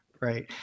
right